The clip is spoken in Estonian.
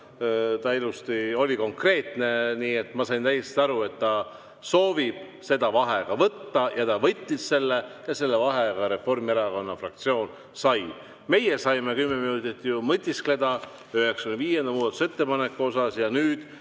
oli ilusti konkreetne, nii et ma sain täiesti aru, et ta soovib vaheaega võtta, ja ta võttis selle ja selle vaheaja Reformierakonna fraktsioon ka sai. Meie saime kümme minutit mõtiskleda 95. muudatusettepaneku üle ja nüüd